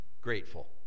grateful